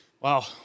Wow